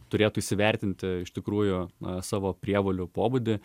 turėtų įsivertinti iš tikrųjų savo prievolių pobūdį